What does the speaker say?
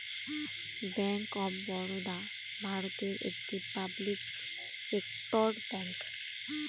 bank of Baroda ভারতের একটি public sector bank